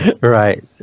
Right